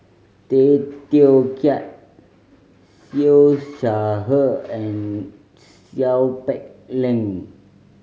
Tay Teow Kiat Siew Shaw Her and Seow Peck Leng